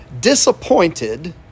disappointed